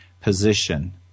position